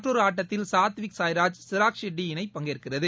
மற்றொரு ஆட்டத்தில் சாத்விக் சாய்ராஜ் சிராக் ஷெட்டி இணை பங்கேற்கிறது